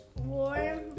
warm